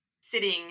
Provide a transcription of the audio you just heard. sitting